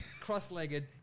Cross-legged